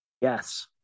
Yes